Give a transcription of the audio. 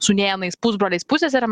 sūnėnais pusbroliais pusseserėm